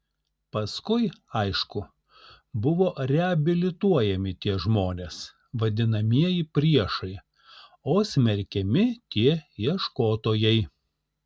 paskui aišku buvo reabilituojami tie žmonės vadinamieji priešai o smerkiami tie ieškotojai